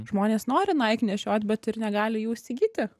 žmonės nori nike nešiot bet ir negali jų įsigyti